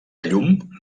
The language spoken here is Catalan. llum